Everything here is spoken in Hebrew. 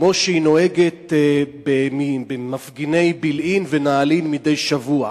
כמו שהיא נוהגת במפגיני בילעין ונעלין מדי שבוע,